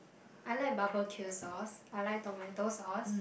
I like barbecue sauce I like tomato sauce